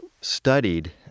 studied